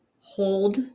hold